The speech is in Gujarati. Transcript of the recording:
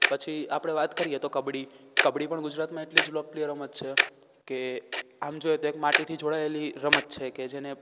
પછી આપણે વાત કરીએ તો કબડ્ડી કબડ્ડી પણ ગુજરાતમાં એટલી જ લોકપ્રિય રમત છે કે આમ જોઈએ તો એક માટીથી જોડાએલી રમત છે કે જેને